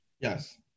Yes